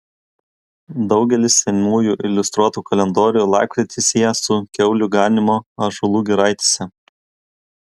daugelis senųjų iliustruotų kalendorių lapkritį sieja su kiaulių ganymu ąžuolų giraitėse